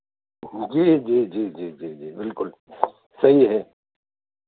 जी जी जी जी जी जी बिल्कुल सही है